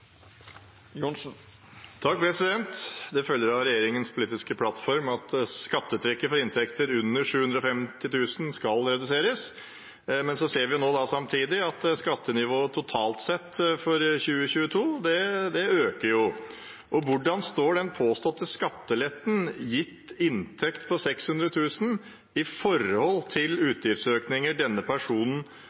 følger av regjeringens politiske plattform at skattetrykket for inntekter under 750 000 kroner skal reduseres, samtidig som skattenivået totalt sett økes for 2022. Hvordan står den påståtte skattelettelsen gitt ved inntekt på 600 000 kroner i forhold til utgiftsøkninger denne personen